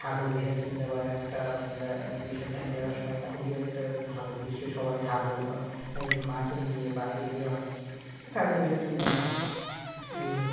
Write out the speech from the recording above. ঠাকুর বিসর্জন দেওয়ার একটা বিসর্জন দেওয়ার সময় খুবই একটা ভালো দৃশ্য সবাই ঠাকুর এই মাকে নিয়ে বাইরে বেরো হয় ঠাকুর বিসর্জন দেওয়া হয় এইভাবে